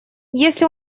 если